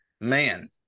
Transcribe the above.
man